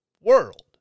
world